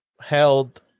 held